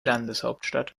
landeshauptstadt